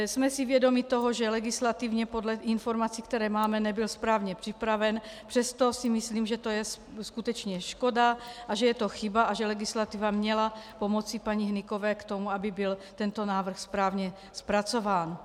Jsme si vědomi toho, že legislativně podle informací, které máme, nebyl správně připraven, přesto si myslím, že to je skutečně škoda a že je to chyba a že legislativa měla pomoci paní Hnykové k tomu, aby byl tento návrh správně zpracován.